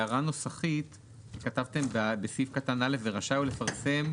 אין לנו אפשרות לבצע את הבדיקות האלו כשמדובר ביצרנים שמגיעים מחו"ל.